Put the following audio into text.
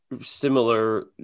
similar